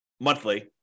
monthly